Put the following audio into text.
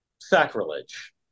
sacrilege